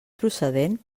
procedent